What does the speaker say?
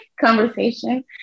conversation